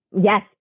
Yes